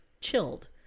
chilled